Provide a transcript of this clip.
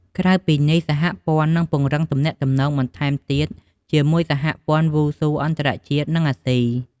ក្រៅពីនេះសហព័ន្ធនឹងពង្រឹងទំនាក់ទំនងបន្ថែមទៀតជាមួយសហព័ន្ធវ៉ូស៊ូអន្តរជាតិ និងអាស៊ី។